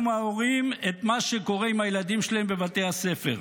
מההורים את מה שקורה עם הילדים שלהם בבתי הספר.